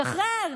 שחרר,